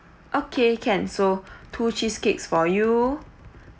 okay can so two cheesecakes for you